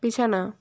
বিছানা